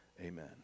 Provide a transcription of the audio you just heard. Amen